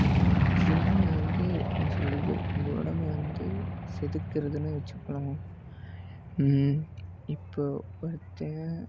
இப்போது ஜிம்மு வந்து என்ன சொல்கிறது உங்கள் உடம்ப வந்து செதுக்குறதுனே வச்சிக்கலாம் இப்போது பார்த்திங்கனா